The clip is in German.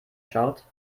schaut